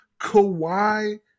Kawhi